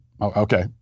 Okay